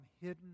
hidden